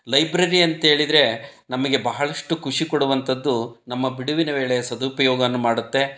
library ಅಂತೇಳಿದರೆ ನಮಗೆ ಬಹಳಷ್ಟು ಖುಷಿ ಕೊಡುವಂಥದ್ದು ನಮ್ಮ ಬಿಡುವಿನ ವೇಳೆ ಸದುಪಯೋಗವನ್ನು ಮಾಡುತ್ತೆ